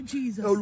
Jesus